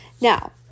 Now